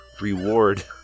Reward